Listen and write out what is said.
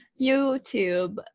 YouTube